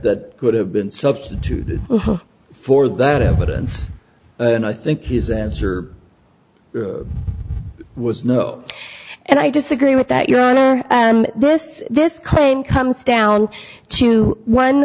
that could have been substituted for that evidence and i think his answer was no and i disagree with that your honor and this this claim comes down to one